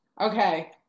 Okay